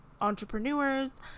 entrepreneurs